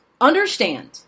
Understand